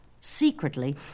Secretly